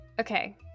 okay